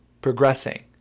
progressing